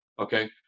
Okay